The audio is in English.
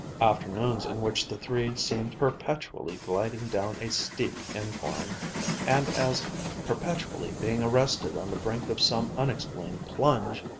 afternoons in which the three seemed perpetually gliding down a steep incline and as perpetually being arrested on the brink of some unexplained plunge,